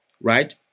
right